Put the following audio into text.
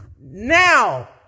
now